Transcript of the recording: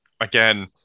Again